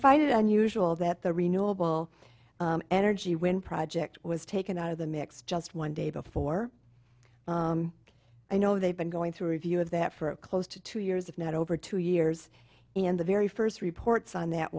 find it unusual that the renewable energy wind project was taken out of the mix just one day before i know they've been going through a review of that for close to two years if not over two years in the very first reports on that